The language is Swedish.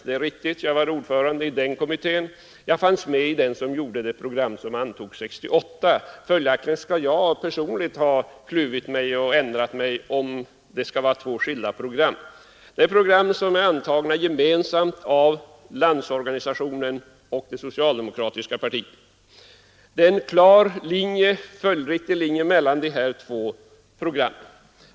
Det är riktigt; jag var ordförande i kommittén som arbetade fram det programmet, och jag fanns med i den som gjorde det program som antogs 1968. Följaktligen måste jag personligen ha kluvit mig och ändrat mig, om det skall vara två skilda program, men det är program som är antagna gemensamt av Landsorganisationen och det socialdemokratiska partiet, och det går en klar följdriktig linje mellan de två programmen.